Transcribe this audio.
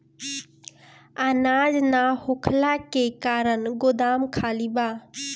अनाज ना होखला के कारण गोदाम खाली बा